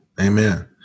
Amen